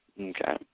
Okay